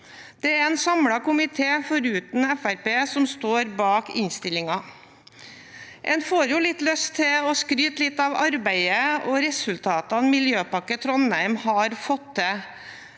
Det er en samlet komité foruten Fremskrittspartiet som står bak innstillingen. En får litt lyst til å skryte litt av arbeidet og resultatene Miljøpakke Trondheim har fått til,